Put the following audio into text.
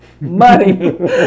money